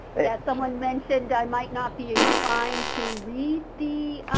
that someone mentioned, i might not be inclined to read the,